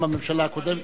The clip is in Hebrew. גם בממשלה הקודמת,